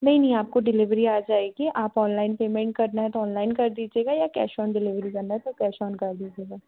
नहीं नहीं आपको डिलीवरी आ जाएगी आप ऑनलाइन पेमेंट करना है तो ऑनलाइन कर दीजिएगा या कैश ऑन डिलीवरी करना है तो कैश ऑन कर दीजिएगा